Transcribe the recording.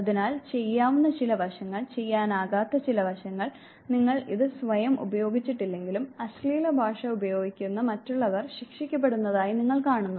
അതിനാൽ ചെയ്യാവുന്ന ചില വശങ്ങൾ ചെയ്യാനാകാത്ത ചില വശങ്ങൾ നിങ്ങൾ ഇത് സ്വയം ഉപയോഗിച്ചിട്ടില്ലെങ്കിലും അശ്ലീല ഭാഷ ഉപയോഗിക്കുന്ന മറ്റുള്ളവർ ശിക്ഷിക്കപ്പെടുന്നതായി നിങ്ങൾ കാണുന്നു